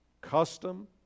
custom